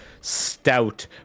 stout